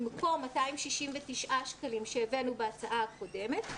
במקום 269 שקלים שהבאנו בהצעה הקודמת,